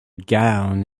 gown